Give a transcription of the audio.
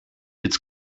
its